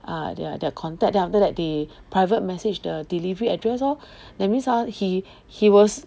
ah their their contact then after that they private message the delivery address lor that means hor he he was